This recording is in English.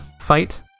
fight